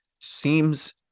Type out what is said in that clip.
Seems